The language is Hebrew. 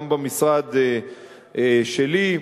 גם במשרד שלי,